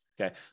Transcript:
Okay